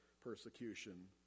persecution